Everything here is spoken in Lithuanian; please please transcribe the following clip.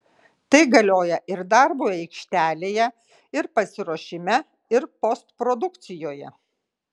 tai galioja ir darbui aikštelėje ir pasiruošime ir postprodukcijoje